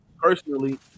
personally